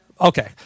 Okay